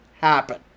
happen